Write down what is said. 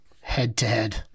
head-to-head